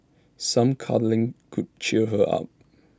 some cuddling could cheer her up